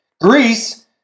Greece